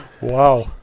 Wow